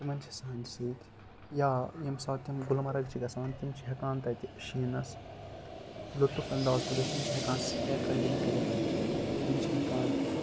تِمَن چھِ سانہِ سۭتۍ یا ییٚمہِ ساتہٕ تِم گُلمَرگ چھِ گژھان تِم چھِ ہٮ۪کان تَتہِ شیٖنَس لُطف اَنداز تُلِتھ تِم چھِ ہٮ۪کان سِکیٹ رایڈنٛگ کٔرِتھ تِم چھِ ہٮ۪کان